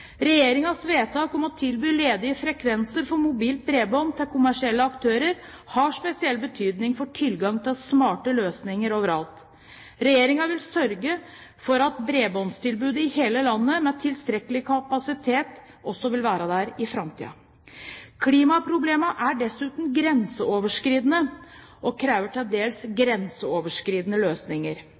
til kommersielle aktører har spesiell betydning for tilgang til smarte løsninger overalt. Regjeringen vil sørge for at et bredbåndstilbud i hele landet, med tilstrekkelig kapasitet, også vil være der i framtiden. Klimaproblemene er dessuten grenseoverskridende og krever til dels grenseoverskridende løsninger.